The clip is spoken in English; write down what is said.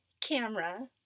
camera